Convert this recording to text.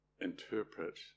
interpret